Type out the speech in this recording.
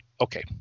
okay